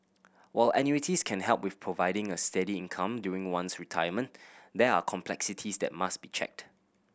while annuities can help with providing a steady income during one's retirement there are complexities that must be checked